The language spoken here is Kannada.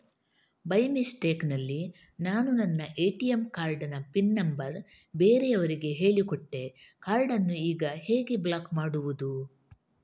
ಬೈ ಮಿಸ್ಟೇಕ್ ನಲ್ಲಿ ನಾನು ನನ್ನ ಎ.ಟಿ.ಎಂ ಕಾರ್ಡ್ ನ ಪಿನ್ ನಂಬರ್ ಬೇರೆಯವರಿಗೆ ಹೇಳಿಕೊಟ್ಟೆ ಕಾರ್ಡನ್ನು ಈಗ ಹೇಗೆ ಬ್ಲಾಕ್ ಮಾಡುವುದು?